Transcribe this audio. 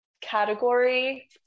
category